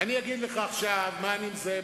מה נכנס, מה יוצא,